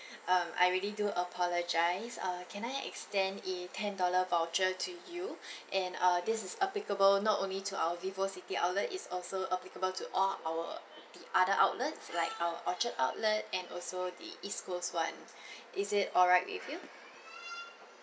um I really do apologise err can I extend a ten dollar voucher to you and uh this is applicable not only to our vivocity outlet is also applicable to all our the other outlets like our orchard outlet and also the east coast [one] is it alright with you